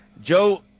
Joe